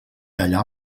allà